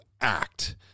act